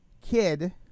kid